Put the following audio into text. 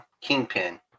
Kingpin